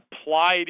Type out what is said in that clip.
applied